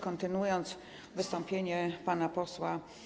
Kontynuuję wystąpienie pana posła.